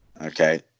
okay